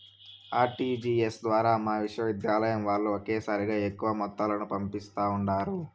RTGS ద్వారా మా విశ్వవిద్యాలయం వాల్లు ఒకేసారిగా ఎక్కువ మొత్తాలను పంపిస్తా ఉండారు